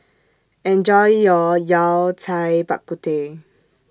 Enjoy your Yao Cai Bak Kut Teh